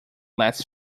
last